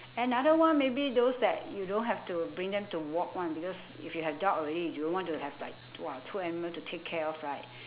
another one maybe those that you don't have to bring them to walk [one] because if you have dog already you won't want to have like !wah! two animal to take care of right